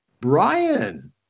Brian